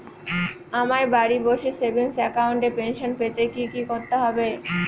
আমায় বাড়ি বসে সেভিংস অ্যাকাউন্টে পেনশন পেতে কি কি করতে হবে?